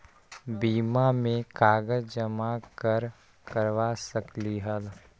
बीमा में कागज जमाकर करवा सकलीहल?